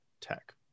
tech